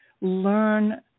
learn